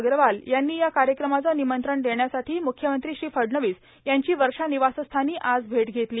अग्रवाल यांनी या कार्यक्रमाचं निमंत्रण देण्यासाठी मुख्यमंत्री श्री फडणवीस यांची वर्षा निवासस्थानी आज भेट घेतली